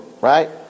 right